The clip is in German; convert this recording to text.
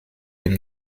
dem